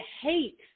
hate